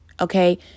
okay